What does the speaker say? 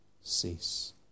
cease